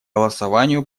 голосованию